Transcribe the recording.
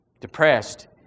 depressed